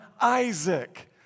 Isaac